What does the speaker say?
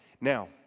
Now